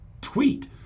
tweet